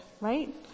right